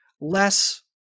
less